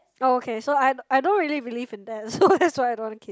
okay so I I don't really believe in that so that's why I don't want a kid